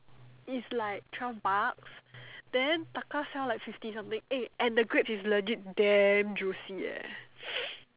is like twelve bucks then Taka sell like fifty something eh and the grapes is legit damn juicy eh